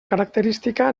característica